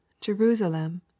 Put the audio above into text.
Jerusalem